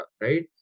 right